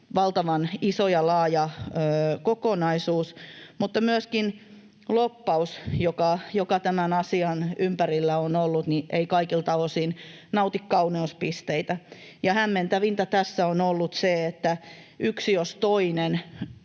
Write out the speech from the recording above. valtavan iso ja laaja kokonaisuus, mutta myöskään lobbaus, joka tämän asian ympärillä on ollut, ei kaikilta osin nauti kauneuspisteitä. Hämmentävintä tässä on ollut se, että yksi jos toinen